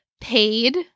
Paid